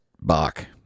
Bach